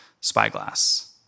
spyglass